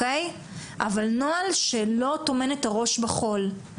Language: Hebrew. אבל נוהל שלא טומן את הראש בחול,